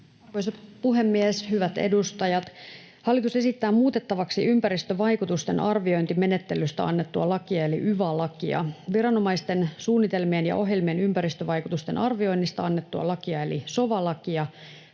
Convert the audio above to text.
Arvoisa puhemies! Hyvät edustajat! Hallitus esittää muutettavaksi ympäristövaikutusten arviointimenettelystä annettua lakia eli yva-lakia, viranomaisten suunnitelmien ja ohjelmien ympäristövaikutusten arvioinnista annettua lakia eli sova-lakia,